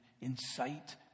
incite